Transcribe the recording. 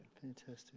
Fantastic